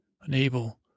Unable